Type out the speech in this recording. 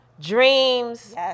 dreams